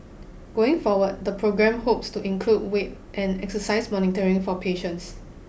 going forward the program hopes to include weight and exercise monitoring for patients